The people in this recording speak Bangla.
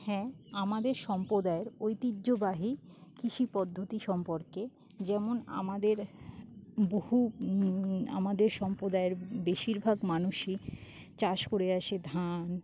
হ্যাঁ আমাদের সম্প্রদায়ের ঐতিহ্যবাহী কৃষি পদ্ধতি সম্পর্কে যেমন আমাদের বহু আমাদের সম্প্রদায়ের বেশিরভাগ মানুষই চাষ করে আসে ধান